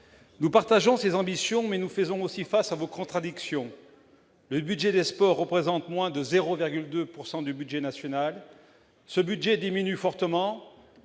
Nous partageons ces ambitions, mais nous faisons face aussi à vos contradictions : le budget des sports représente moins de 0,2 % du budget national et diminue fortement,